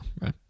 right